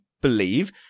believe